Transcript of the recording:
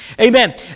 Amen